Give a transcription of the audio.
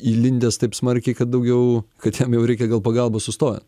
įlindęs taip smarkiai kad daugiau kad jam jau reikia gal pagalbos sustjant